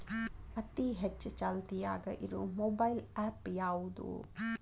ಅತಿ ಹೆಚ್ಚ ಚಾಲ್ತಿಯಾಗ ಇರು ಮೊಬೈಲ್ ಆ್ಯಪ್ ಯಾವುದು?